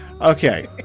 Okay